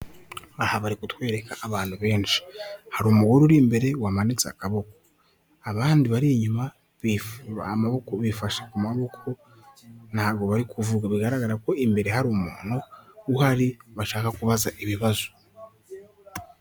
Aha bari kutwereka abantu benshi hari umugore uri imbere wamanitse abandi bari inyuma bifura amaboko bifashe ku maboko ntabwo bari kuvuga bigaragara ko imbere hari umuntu uhari bashaka kubaza ibibazo.